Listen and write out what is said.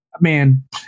man